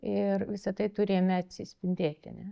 ir visa tai turi jame atsispindėti ane